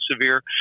severe